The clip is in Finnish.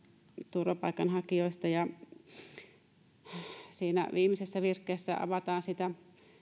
turvapaikanhakijoista siinä viimeisessä virkkeessä avataan sitä